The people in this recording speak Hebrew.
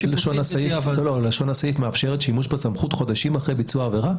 לשון הסעיף מאפשרת שימוש בסמכות חודשים אחרי ביצוע העבירה?